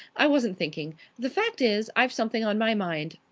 i wasn't thinking. the fact is, i've something on my mind.